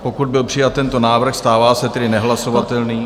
Pokud byl přijat tento návrh, stává se tedy nehlasovatelný...